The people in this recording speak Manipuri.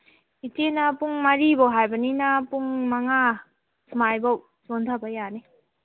ꯏꯆꯦꯅ ꯄꯨꯡ ꯃꯔꯤꯕꯨꯛ ꯍꯥꯏꯕꯅꯤꯅ ꯄꯨꯡ ꯃꯉꯥ ꯁꯨꯃꯥꯏꯕꯨꯛ ꯆꯣꯟꯗꯕ ꯌꯥꯅꯤ